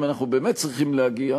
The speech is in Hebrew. אני מבין ששר הרווחה,